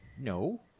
no